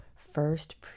first